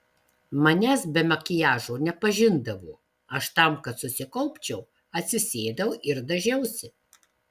manęs be makiažo nepažindavo aš tam kad susikaupčiau atsisėdau ir dažiausi